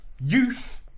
youth